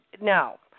no